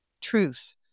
truth